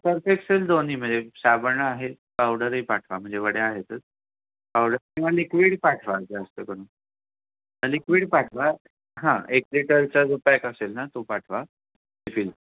Surf Excel दोन्ही म्हजे साबण आहे पावडरही पाठवा म्हणजे वड्या आहेतच पावडर किंवा लिक्विड पाठवा जास्त करून लिक्विड पाठवा हां एक लिटरचा जो पॅक असेल ना तो पाठवा